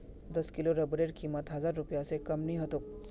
दस किलो रबरेर कीमत हजार रूपए स कम नी ह तोक